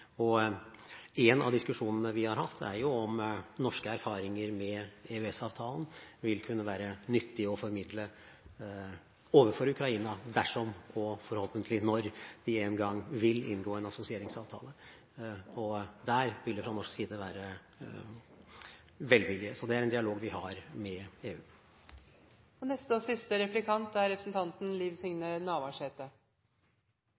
bar. En av diskusjonene vi har hatt, er om norske erfaringer med EØS-avtalen vil kunne være nyttig å formidle overfor Ukraina dersom – og forhåpentlig når – vi en gang vil inngå en assosieringsavtale. Der vil det fra norsk side være velvillighet. Det er en dialog vi har med EU. Me har fått ei blå-blå regjering som er